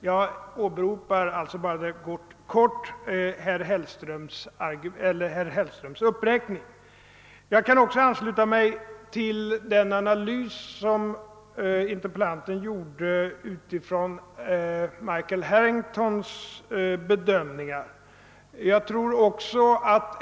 Jag åberopar alltså helt kort herr Hellströms uppräkning. Jag kan också ansluta mig till den analys som interpellanten gjorde av Michael Harringtons «bedömningar.